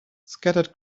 scattered